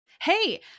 Hey